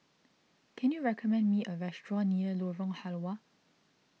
can you recommend me a restaurant near Lorong Halwa